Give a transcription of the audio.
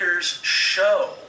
show